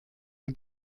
ihr